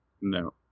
No